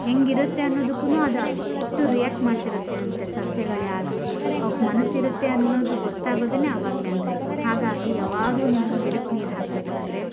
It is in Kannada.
ಹೇಗಿರುತ್ತೆ ಅನ್ನೋದಕ್ಕೂನು ಅದು ಅಷ್ಟು ರಿಯಾಕ್ಟ್ ಮಾಡ್ತಿರುತ್ತೆ ಅಂತೆ ಸಸ್ಯಗಳೇ ಆಗಿರಲಿ ಅವ್ಕೆ ಮನ್ಸಿರುತ್ತೆ ಅನ್ನೋದು ಗೊತ್ತಾಗೋದುನೇ ಆವಾಗಲೇ ಅಂತೆ ಹಾಗಾಗಿ ಯಾವಾಗಲೂ ನೀವು ಗಿಡಕ್ಕೆ ನೀರು ಹಾಕಬೇಕಾದ್ರೆ